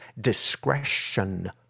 discretion